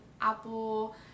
Apple